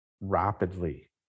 rapidly